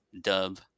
dub